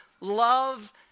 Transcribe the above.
love